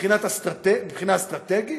מבחינה אסטרטגית,